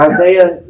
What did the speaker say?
Isaiah